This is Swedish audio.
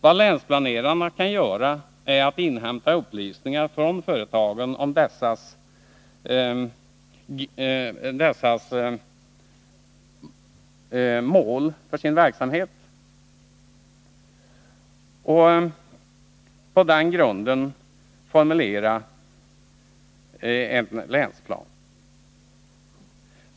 Vad länsplanerarna kan göra är att inhämta upplysningar från företagen om dessas mål för sin verksamhet och på den grunden formulera en länsplan.